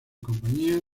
compañía